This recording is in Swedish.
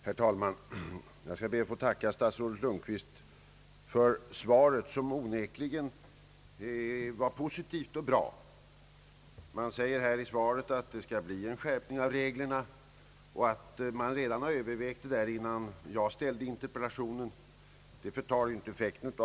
Herr talman! Jag ber att få tacka statsrådet Lundkvist för svaret, som onekligen var positivt och bra. Det sägs däri att det skall bli en skärpning av reglerna och att man övervägt detta redan innan jag ställde interpellationen.